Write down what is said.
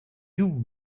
you